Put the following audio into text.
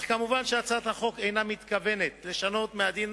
אך מובן שהצעת החוק אינה מתכוונת לשנות מהדין